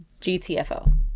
GTFO